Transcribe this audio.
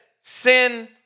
Sin